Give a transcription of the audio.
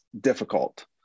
difficult